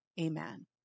Amen